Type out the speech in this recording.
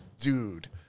dude